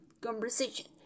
Conversation